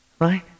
right